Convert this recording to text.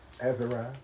Ezra